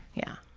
yeah.